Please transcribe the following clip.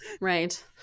right